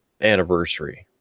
anniversary